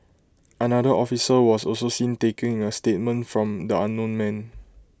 another officer was also seen taking A statement from the unknown man